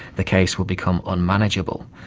the case will become unmanageable.